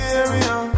area